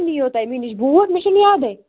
کَر نِیے تۄہہِ مےٚ نِش بوٗٹھ مےٚ چھُنہٕ یادٕے